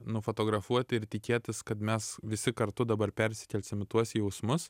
nufotografuoti ir tikėtis kad mes visi kartu dabar persikelsim į tuos jausmus